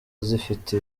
zifite